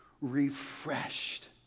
refreshed